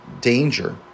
danger